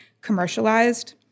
commercialized